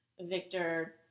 Victor